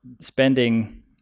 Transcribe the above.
spending